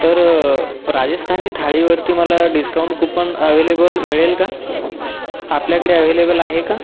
तर राजस्थानी थाळीवरती मला डिस्काऊंट कूपन अवेलेबल मिळेल का आपल्याकडे अव्हेलेबल आहे का